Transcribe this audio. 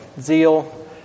zeal